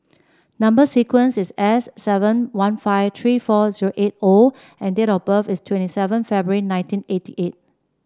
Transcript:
number sequence is S seven one five three four zero eight O and date of birth is twenty seven February nineteen eighty eight